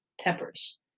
peppers